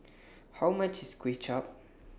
How much IS Kuay Chap